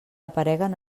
apareguen